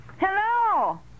Hello